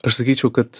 aš sakyčiau kad